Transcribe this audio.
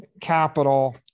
capital